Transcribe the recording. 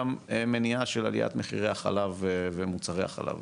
גם מניעה של עליית מחירי החלב ומוצרי החלב,